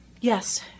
Yes